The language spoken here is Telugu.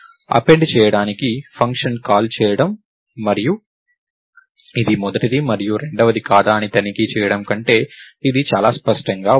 అపెండ్ చేయడానికి ఫంక్షన్ కాల్లు చేయడం మరియు ఇది మొదటిది మరియు రెండవది కాదా అని తనిఖీ చేయడం కంటే ఇది చాలా స్పష్టంగా ఉంది